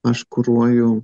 aš kuruoju